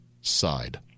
side